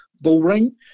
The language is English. bullring